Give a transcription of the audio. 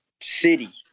city